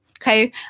Okay